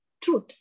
truth